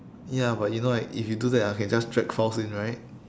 ya but you know like if you do that I can just drag files in right